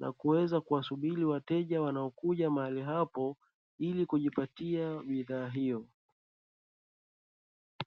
na kuweza kuwasubiri wateja wanaokuja mahali hapo ili kujipatia bidhaa hiyo.